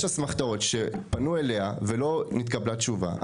אסמכתאות שפנו אליה ולא נתקבלה תשובה,